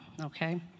okay